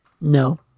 No